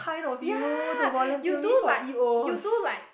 ya you do like you do like